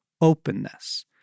Openness